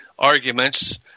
arguments